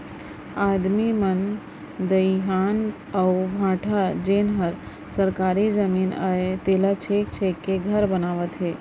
आदमी मन दइहान अउ भाठा जेन हर सरकारी जमीन अय तेला छेंक छेंक के घर बनावत हें